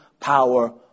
power